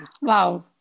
Wow